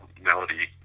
melody